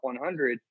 100